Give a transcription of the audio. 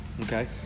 Okay